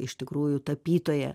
iš tikrųjų tapytoja